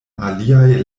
aliaj